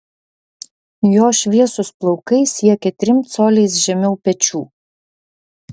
jo šviesūs plaukai siekia trim coliais žemiau pečių